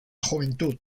juventud